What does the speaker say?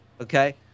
Okay